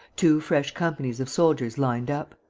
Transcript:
two fresh companies of soldiers lined up.